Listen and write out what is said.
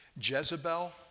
Jezebel